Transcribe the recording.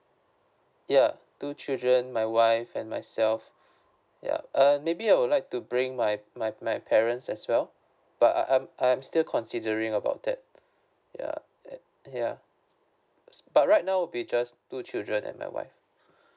ya two children my wife and myself ya uh maybe I would like to bring my my my parents as well but I I'm I'm still considering about that ya that ya but right now would be just two children and my wife